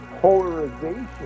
polarization